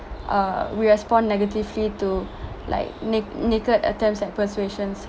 uh we respond negatively to like nake~ naked attempts at persuasions